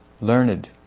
learned